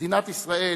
מדינת ישראל